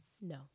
No